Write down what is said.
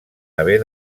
haver